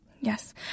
Yes